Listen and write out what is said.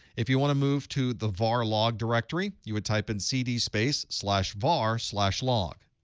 if you want to move to the var log directory, you would type in cd space slash var slash log.